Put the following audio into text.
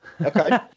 Okay